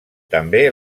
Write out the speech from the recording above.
també